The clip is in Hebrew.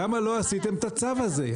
למה לא עשיתם את הצו הזה?